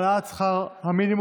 העלאת שכר המינימום),